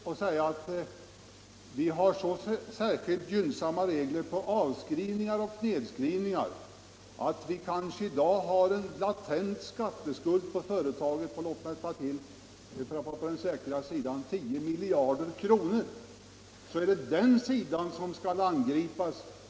Om vi har så gynnsamma regler för avskrivningar och nedskrivningar att företagen i dag har en latent skatteskuld på kanske 10 miljarder kronor är det den sidan av saken som skall angripas.